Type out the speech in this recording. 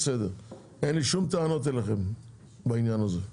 אין לי שום טענות אליכם בעניין הזה.